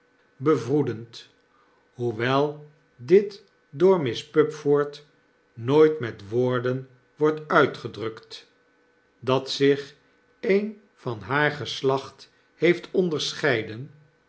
bevroedend hoewel dit door miss pupford nooit met woorden wordt uitgedrukt dat zich een van haar geslacht heeft onderscheiden